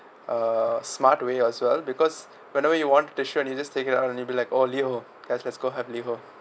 uh smart way as well because whenever you want to show you just take it out then you'll like oh LiHO let's let's go have LiHO